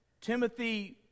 Timothy